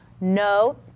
No